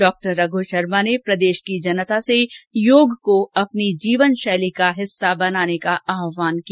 डा रघु शर्मा ने प्रदेश की जनता से योग को अपनी जीवनशैली का हिस्सा बनाने का आहवान किया